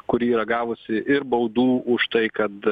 kuri yra gavusi ir baudų už tai kad